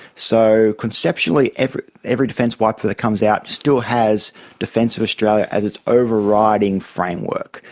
so conceptually every every defence white paper that comes out still has defence of australia as its overriding framework,